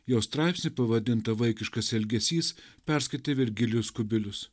jo straipsnį pavadintą vaikiškas elgesys perskaitė virgilijus kubilius